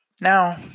now